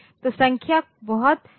तो संख्या बहुत बड़ी हो सकती है